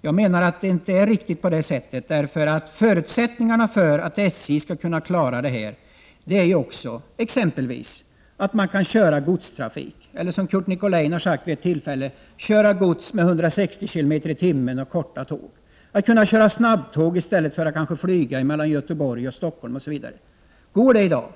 Jag menar att det inte är riktigt, därför att förutsättningarna för att SJ skall kunna klara uppgiften är exempelvis att man kan köra godstrafik, som Curt Nicolin sade vid ett tillfälle, med 160 km i timmen och korta tåg, att man kan åka snabbtåg i stället för att flyga mellan Stockholm och Göteborg. Går det i dag?